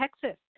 Texas